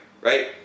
right